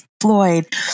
Floyd